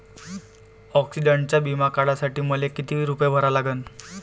ॲक्सिडंटचा बिमा काढा साठी मले किती रूपे भरा लागन?